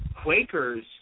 Quakers